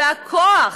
והכוח,